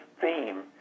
theme